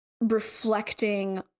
reflecting